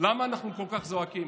למה אנחנו כל כך זועקים?